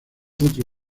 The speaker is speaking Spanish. otro